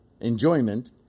Enjoyment